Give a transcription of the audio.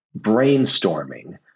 brainstorming